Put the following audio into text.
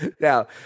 Now